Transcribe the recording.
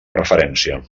referència